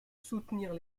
soutenir